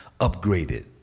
upgraded